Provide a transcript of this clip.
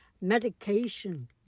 medication